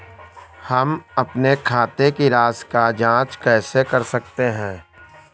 हम अपने खाते की राशि की जाँच कैसे कर सकते हैं?